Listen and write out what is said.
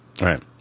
right